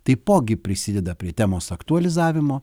taipogi prisideda prie temos aktualizavimo